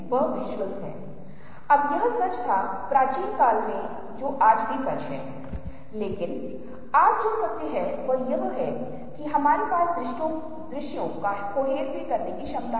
यह दो आयामी छवि है और फिर भी आप चीजों और विचारों को देखने में सक्षम हैं जैसे कि दूरी या तथ्य यह है कि कुछ चीजें हमारे पास हैं कुछ चीजें आगे दूर हैं हम इस बारे में कैसे समझें